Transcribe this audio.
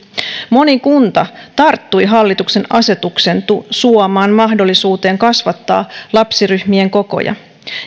moni kunta tarttui hallituksen asetuksen suomaan mahdollisuuteen kasvattaa lapsiryhmien kokoja